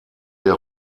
der